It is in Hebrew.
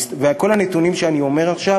וכל הנתונים שאני אומר עכשיו,